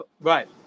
right